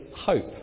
hope